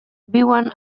viuen